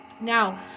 Now